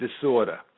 disorder